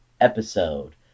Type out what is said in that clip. episode